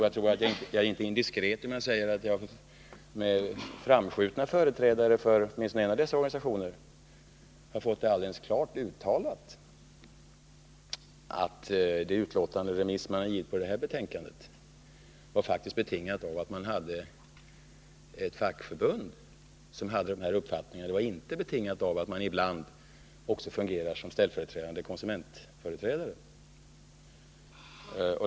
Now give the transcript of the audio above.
Jag tror att jag inte är indiskret om jag säger att framskjutna företrädare för åtminstone en av dessa organisationer klart har uttalat att remissyttrandet med anledning av betänkandet faktiskt var betingat av att ett fackförbund hade den redovisade uppfattningen. Yttrandet var inte betingat av att man ibland också fungerar som tillförordnad konsumentföreträdare.